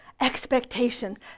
expectation